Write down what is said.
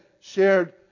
shared